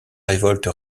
révolte